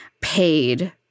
paid